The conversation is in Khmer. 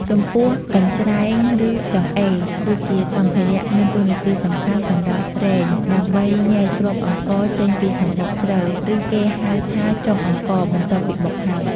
ចំពោះកញ្ច្រែង ឬចង្អេរ គឺជាសម្ភារៈមានតួនាទីសំខាន់សម្រាប់រែង ដើម្បីញែកគ្រាប់អង្ករចេញពីសម្បកស្រូវ ឬគេហៅថាចុងអង្ករ បន្ទាប់ពីបុកហើយ។